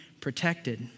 protected